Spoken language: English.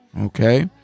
Okay